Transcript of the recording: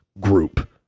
group